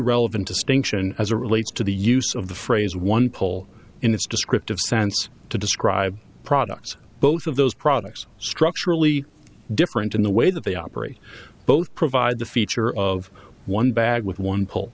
relevant distinction as a relates to the use of the phrase one pole in this descriptive sense to describe products both of those products structurally different in the way that they operate both provide the feature of one bag with one pole